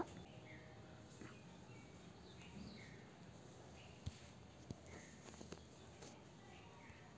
ದೇಶದಿಂದ ದೇಶ್ ಬಿಸಿನ್ನೆಸ್ ಮಾಡಾಗ್ ನಮ್ದು ಸಾಮಾನ್ ಮ್ಯಾಲ ಟ್ಯಾಕ್ಸ್ ಹಾಕ್ತಾರ್ ಅದ್ದುಕ ಟಾರಿಫ್ ಟ್ಯಾಕ್ಸ್ ಅಂತಾರ್